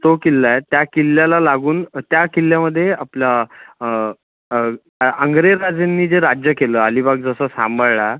तो किल्ला आहे त्या किल्ल्याला लागून त्या किल्ल्यामध्ये आपला आहे आंग्रे राजांनी जे राज्य केलं अलिबाग जसं सांभाळला